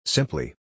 Simply